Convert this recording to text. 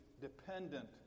dependent